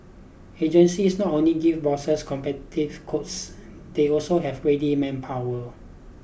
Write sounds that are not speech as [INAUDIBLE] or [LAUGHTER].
agencies not only give bosses [UNINTELLIGIBLE] quotes they also have ready manpower